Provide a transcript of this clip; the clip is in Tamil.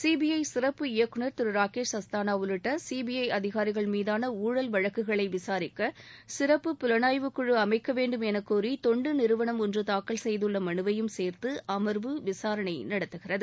சிபிஐ சிறப்பு இயக்குநர் திரு ராகேஷ் அஸ்தானா உள்ளிட்ட சிபிஐ அதிகாரிகள் மீதான ஊழல் வழக்குகளை விசாரிக்க சிறப்பு புலனாய்வுக் குழு அமைக்கவேண்டும் என கோரி தொண்டு நிறுவனம் ஒன்று தாக்கல் செய்துள்ள மனுவையும் சேர்த்து அமர்வு விசாரணை நடத்துகிறது